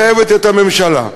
הייתה מחייבת את הממשלה,